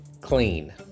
clean